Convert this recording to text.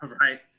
right